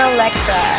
Alexa